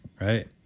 right